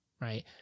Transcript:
right